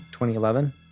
2011